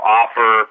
offer